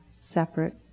separate